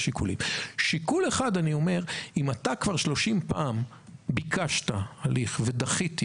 אם כבר 30 פעם ביקשת הליך ודחיתי,